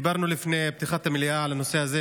דיברנו לפני פתיחת המליאה על הנושא הזה,